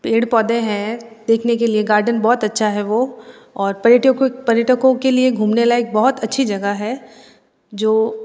पेड़ पौधे हैं देखने के लिए गार्डन बहुत अच्छा है वो और पर्यटकों पर्यटकों के लिए घूमने लायक बहुत अच्छी जगह है जो